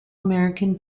american